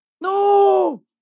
No